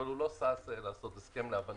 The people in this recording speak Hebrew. אבל הוא לא שש לעשות הסכם, להבנתי.